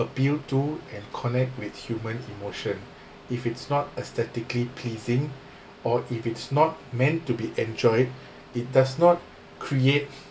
appeal to and connect with human emotion if it's not aesthetically pleasing or if it's not meant to be enjoyed it does not create